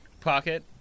pocket